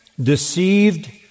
deceived